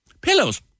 Pillows